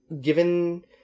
given